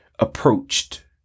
Approached